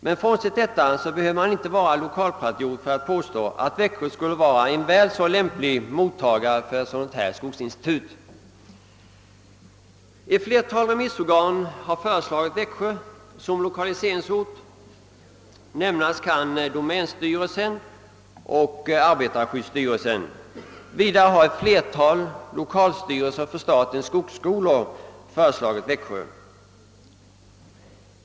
Men frånsett detta behöver man inte vara lokalpatriot för att påstå att Växjö skulle vara väl så lämpligt som mottagare av ett skogsinstitut. Ett flertal remissorgan har föreslagit Växjö som lokaliseringsort — nämnas kan t.ex. domänstyrelsen och arbetarskyddsstyrelsen. Vidare har ett flertal lokalstyrelser för statens skogssko lor föreslagit Växjö.